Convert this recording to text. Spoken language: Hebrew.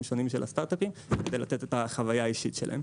שונים של הסטארט-אפים כדי לתת את החוויה האישית שלהם.